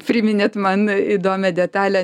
priminėt man įdomią detalę